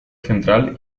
central